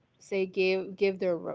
say gay give their